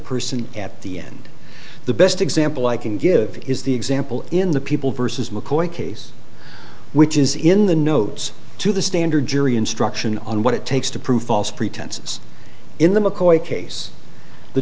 person at the end the best example i can give is the example in the people versus mccoy case which is in the notes to the standard jury instruction on what it takes to prove false pretenses in the mccoy case the